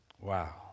Wow